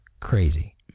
crazy